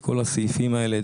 את כל הסעיפים האלה,